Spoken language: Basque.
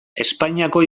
espainiako